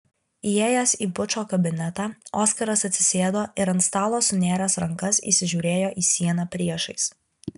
įėjęs į bučo kabinetą oskaras atsisėdo ir ant stalo sunėręs rankas įsižiūrėjo į sieną priešais